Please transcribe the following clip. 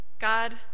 God